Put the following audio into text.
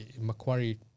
Macquarie